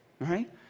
right